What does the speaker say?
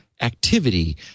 activity